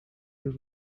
your